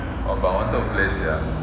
ya but I wanted to play sia